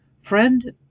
Friend